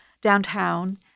downtown